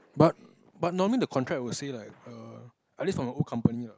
but but normally the contract will say like err at least for my own company lah